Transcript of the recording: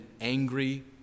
angry